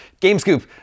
gamescoop